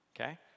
Okay